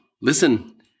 listen